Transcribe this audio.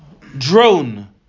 drone